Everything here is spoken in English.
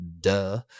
Duh